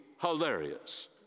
hilarious